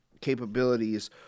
capabilities